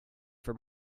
for